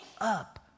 up